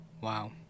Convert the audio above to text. Wow